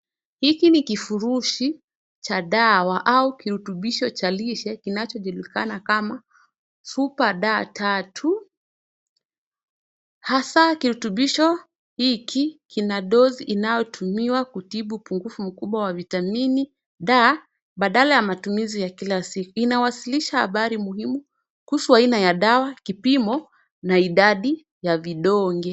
Hiki ni kivurushi cha dawa au kirutubisho cha jilishe kinacho julikana kama SuperD3 hasa kirutubisho hiki kina dosi unatumia kutibu upunguvu kubwa wa vitamini D , badala wa matumizi ya kila siku inawazilisha habari muhimu kuhusu aina wa dawa wa kipimo na idadi ya vidonge.